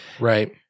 Right